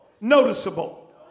noticeable